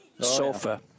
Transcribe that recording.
sofa